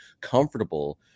comfortable